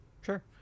sure